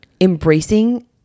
embracing